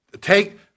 take